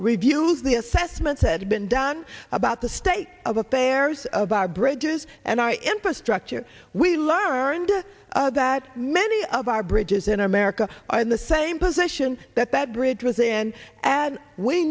reviews the assessments had been done about the state of affairs of our bridges and our infrastructure we learned that many of our bridges in america are in the same position that that bridge was then and we